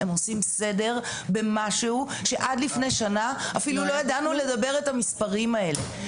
הם עושים סדר במשהו שעד לפני שנה אפילו לא ידענו לדבר את המספרים האלה.